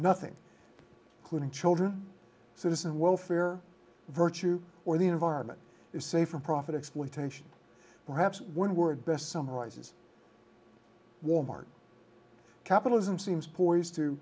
nothing clued in children citizen welfare virtue or the environment is safe from profit exploitation perhaps one word best summarizes wal mart capitalism seems poised to